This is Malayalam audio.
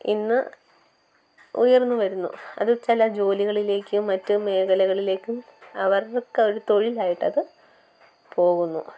ഇന്ന് ഉയർന്നു വരുന്നു അത് ചില ജോലികളിലേക്കും മറ്റു മേഘലകളിലേക്കും അവർക്കൊരു തൊഴിലായിട്ടത് പോകുന്നു